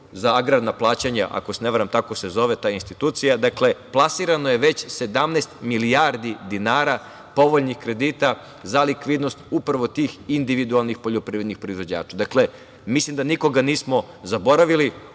za agrarna plaćanja, ako se ne varam tako se zove ta institucija, dakle, plasirano je već 17 milijardi dinara povoljnih kredita za likvidnost upravo tih individualnih poljoprivrednih proizvođača. Dakle, mislim da nikoga nismo zaboravili.